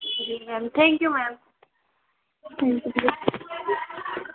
ji ma'am thank you ma'am thank you